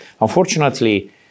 Unfortunately